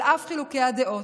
על אף חילוקי הדעות,